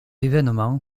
évènement